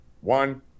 one